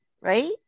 right